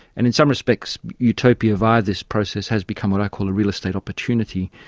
and in some respects utopia via this process has become what i call a real estate opportunity,